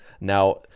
Now